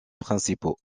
principaux